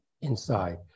inside